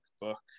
book